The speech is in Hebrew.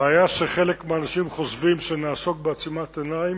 הבעיה, שחלק מהאנשים חושבים שנעסוק בעצימת עיניים.